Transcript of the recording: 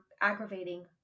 aggravating